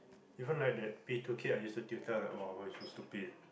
even like that P two kid I used to tutor like ah why you so stupid